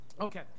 Okay